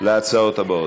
להצעות הבאות.